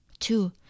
Two